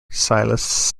silas